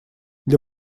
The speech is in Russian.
для